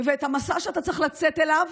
ואת המסע שאתה צריך לצאת אליו,